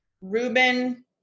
Ruben